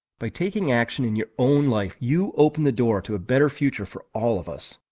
by taking action in your own life, you open the door to a better future for all of us.